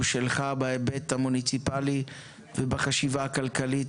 שלך בהיבט המוניציפלי ובחשיבה הכללית.